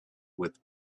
with